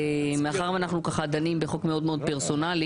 מאחר שאנחנו ככה דנים בחוק מאוד מאוד פרסונלי